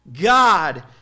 God